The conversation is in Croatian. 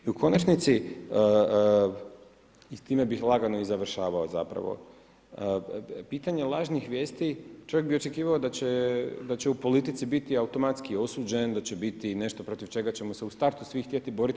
I u konačnici, i s time bih lagano i završavao, pitanje lažnih vijesti, čovjek bi očekivao da će u politici biti automatski osuđen, da će biti nešto protiv čega ćemo se u startu svi htjeti boriti.